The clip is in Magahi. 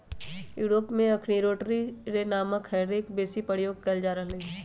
यूरोप में अखनि रोटरी रे नामके हे रेक बेशी प्रयोग कएल जा रहल हइ